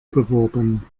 beworben